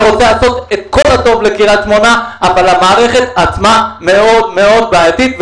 רוצה לעשות את כל הטוב לקריית שמונה אבל המערכת עצמה מאוד מאוד בעייתית.